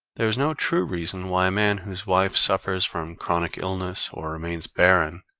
there is no true reason why man whose wife suffers from chronic illness, or remains barren,